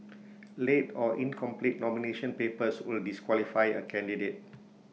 late or incomplete nomination papers will disqualify A candidate